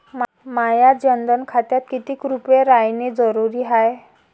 माह्या जनधन खात्यात कितीक रूपे रायने जरुरी हाय?